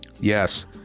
Yes